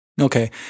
Okay